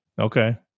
Okay